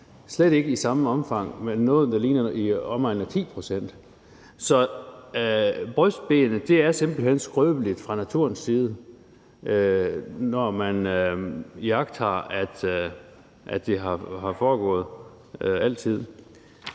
slet ikke i samme omfang, men noget, der lå i omegnen af 10 pct. Så brystbenet er simpelt hen skrøbeligt fra naturens side, kan man konstatere, når man iagttager,